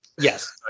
Yes